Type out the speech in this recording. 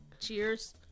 Cheers